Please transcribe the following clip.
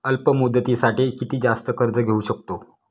अल्प मुदतीसाठी किती जास्त कर्ज घेऊ शकतो?